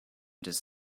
does